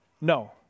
No